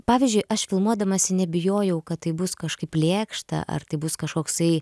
pavyzdžiui aš filmuodamasi nebijojau kad tai bus kažkaip lėkšta ar tai bus kažkoksai